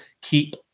keep